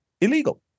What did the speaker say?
illegal